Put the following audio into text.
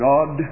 God